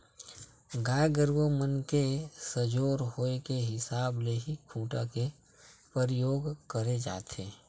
गाय गरुवा मन के सजोर होय के हिसाब ले ही खूटा के परियोग करे जाथे